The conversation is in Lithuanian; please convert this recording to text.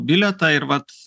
bilietą ir vat